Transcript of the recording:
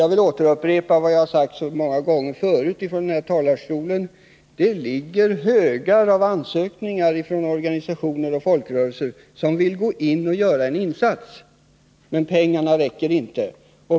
Jag vill återupprepa vad jag så många gånger förut sagt från denna talarstol: Det ligger högar av ansökningar från organisationer och folkrörelser som vill gå in och här göra en insats — men pengarna räcker inte.